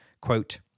quote